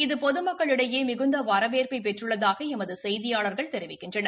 இது பொதுமக்களிடையேமிகுந்தவரவேற்பைபெற்றுள்ளதாகளமதுசெய்தியாளர்கள் தெரிவிக்கின்றனர்